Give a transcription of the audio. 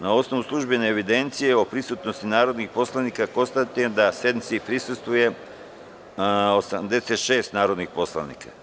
Na osnovu službene evidencije o prisutnosti narodnih poslanika, konstatujem da sednici prisustvuje 116 narodnih poslanika.